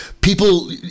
people